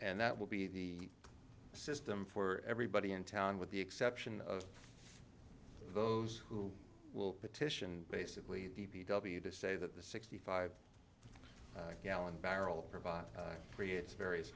and that will be the system for everybody in town with the exception of those who will petition basically d p w to say that the sixty five gallon barrel provide creates various